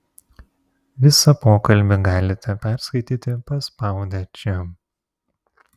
visą pokalbį galite perskaityti paspaudę čia